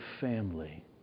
family